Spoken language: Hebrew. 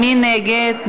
מי נגד?